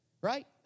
Right